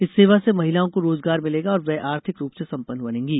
इस सेवा से महिलाओं को रोजगार मिलेगा और वे आर्थिक रूप से सम्पन्न बनेंगी